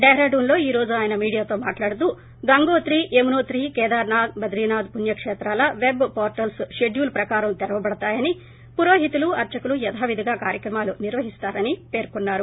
డెహరాడూన్ లో ఈ రోజు ఆయన మీడియాతో మాట్లాడుతూ గంగోత్రి యమునోత్రి కేదార్ నాథ్ బదరి నాధ్ పుణ్యకేత్రాల పెట్ పోర్టల్స్ పెడ్యూల్ ప్రకారం తెరవబడతాయని పురోహితులు అర్చకులు యథావిధిగా కార్యక్రమాలు నిర్వహిస్తారని పేర్కొన్నారు